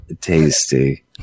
tasty